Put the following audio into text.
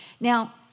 Now